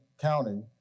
County